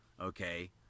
okay